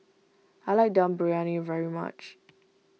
I like Dum Briyani very much